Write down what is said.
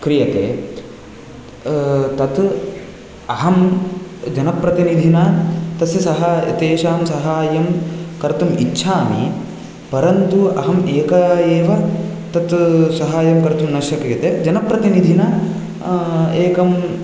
क्रियते तत् अहं जनप्रतिनिधिना तस्य सह् तेषां साहाय्यं कर्तुम् इच्छामि परन्तु अहम् एक एव तत् सह एव कर्तुं न शक्यते जनप्रतिनिधिना एकं